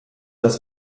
das